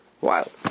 Wild